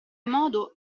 modo